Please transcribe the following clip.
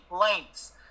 lengths